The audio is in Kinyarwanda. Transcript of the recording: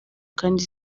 kandi